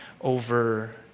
over